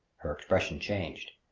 her expression changed.